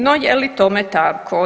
No, je li tome tako?